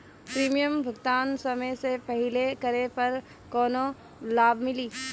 Premium भुगतान समय से पहिले करे पर कौनो लाभ मिली?